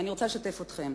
ואני רוצה לשתף אתכם,